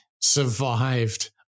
survived